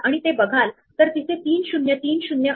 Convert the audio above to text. तेव्हा जर मी पोहोचलो असेल तर मला 1 असे मिळेल जे खरे आहे